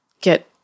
get